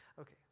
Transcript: Okay